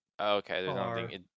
Okay